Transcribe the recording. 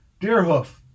Deerhoof